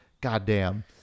Goddamn